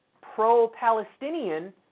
Pro-Palestinian